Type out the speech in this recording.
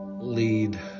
lead